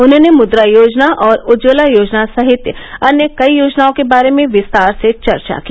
उन्होंने मुद्रा योजना और उज्जवला सहित अन्य कई योजनाओं के बारे विस्तार से चर्चा की